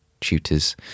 tutors